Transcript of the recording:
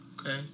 Okay